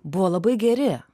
buvo labai geri